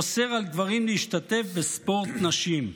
אוסר על גברים להשתתף בספורט נשים.